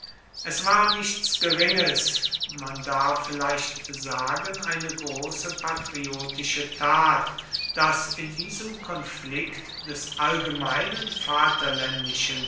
es war nichts geringes man darf vielleicht sagen eine große patriotische tat daß in diesem konflikt des allgemeinen